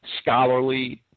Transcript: scholarly